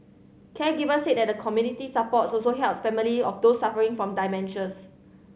caregivers said that the community support also helps family of those suffering from dementias